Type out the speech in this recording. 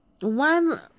one